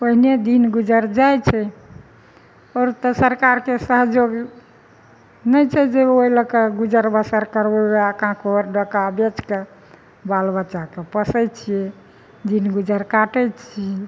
ओहिने दिन गुजर जाइ छै आओर तऽ सरकारके सहयोग नहि छै जे ओहि लऽ कऽ गुजर बसर करबै वएह कांकुर डोका बेच कऽ बाल बच्चाके पोसै छियै दिन गुजर काटै छियै